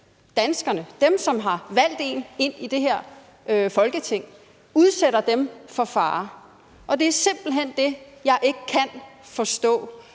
danskerne – dem, som har valgt en ind i det her Folketing – for fare. Det er simpelt hen det, jeg ikke kan forstå,